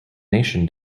nation